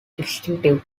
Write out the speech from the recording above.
distinctive